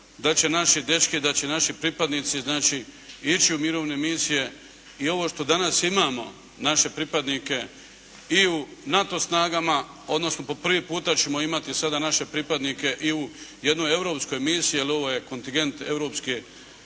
da će naši dečki, da će naši pripadnici znači ići u mirovne misije. I ovo što danas imamo naše pripadnike i u NATO snagama, odnosno po prvi puta ćemo imati sada naše pripadnike i u jednoj europskoj misiji, jer ovo je kontingent europskih